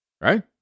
Right